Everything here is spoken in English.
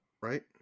Right